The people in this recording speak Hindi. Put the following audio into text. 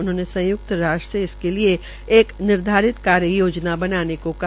उन्होंने संयुक्त राष्ट्र में इसके लिये एक निर्धारित कार्य योजना बनाने को कहा